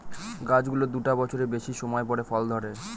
গাছ গুলোর দুটা বছরের বেশি সময় পরে ফল ধরে